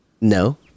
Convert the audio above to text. No